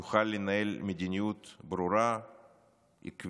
יוכל לנהל מדיניות ברורה ועקבית,